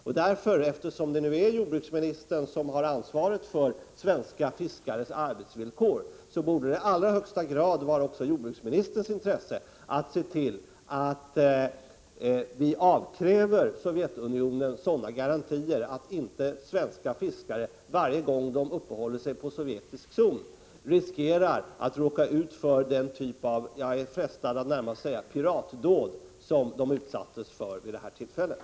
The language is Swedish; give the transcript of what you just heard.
Och eftersom det nu är jordbruksministern som har ansvaret för svenska fiskares arbetsvillkor, borde det i allra högsta grad också vara i jordbruksministerns intresse att se till att vi avkräver Sovjetunionen sådana garantier att inte svenska fiskare, varje gång de uppehåller sig i sovjetisk fiskezon, riskerar att råka ut för denna typ av piratdåd, som jag är frestad att närmast kalla det.